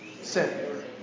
Sin